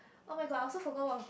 oh-my-god I also forgot what was the